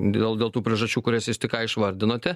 dėl dėl tų priežasčių kurias jūs tik ką išvardinote